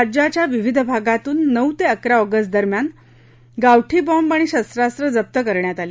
राज्याच्या विविध भागातून नऊ ते अकरा ऑगस्टदरम्यान गावठी बॉम्ब आणि शस्त्रास्त्र जप्त करण्यात आले